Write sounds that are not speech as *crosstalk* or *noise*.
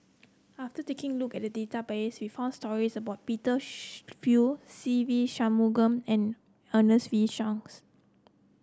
after taking look at the database we found stories about Peter *unintelligible* Fu Se Ve Shanmugam and Ernest V Shanks